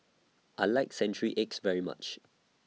I like Century Eggs very much